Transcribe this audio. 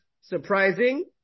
surprising